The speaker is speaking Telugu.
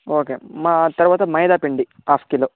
ఓకే మా తర్వాత మైదా పిండి హాఫ్ కిలో